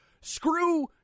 Screw